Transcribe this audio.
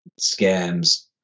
scams